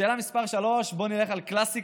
שאלה מס' 3, בואו נלך על קלאסיקה.